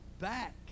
back